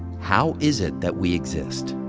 how is it that we exist?